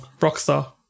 Rockstar